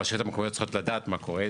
הרשויות המקומיות צריכות לדעת מה קורה,